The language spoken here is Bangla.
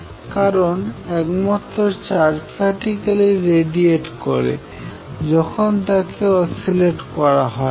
কারণ কেবলমাত্র চার্জ পার্টিকেল ই রেডিয়েট করে যখন তাকে অসিলেট করা হয়